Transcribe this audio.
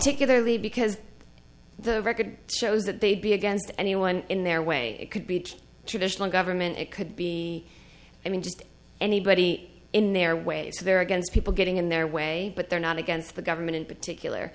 particularly because the record shows that they'd be against anyone in their way it could be traditional government it could be i mean just anybody in their way so they're against people getting in their way but they're not against the government in particular